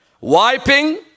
Wiping